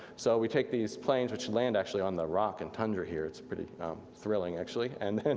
so we take these planes which land actually on the rock and tundra here, it's pretty thrilling actually, and then,